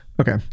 Okay